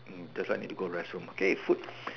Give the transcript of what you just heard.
that's why I really need to go restroom okay food